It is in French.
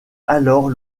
alors